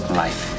life